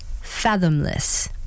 fathomless